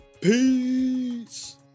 Peace